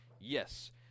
Yes